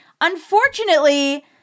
Unfortunately